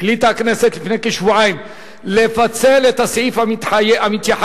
החליטה הכנסת לפני כשבועיים לפצל את הסעיף המתייחס